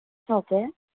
okay